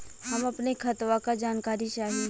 हम अपने खतवा क जानकारी चाही?